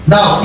Now